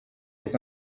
des